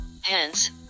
Hence